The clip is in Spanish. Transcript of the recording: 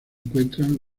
encuentran